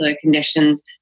conditions